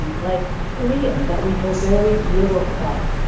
um like korean, that we know very little about?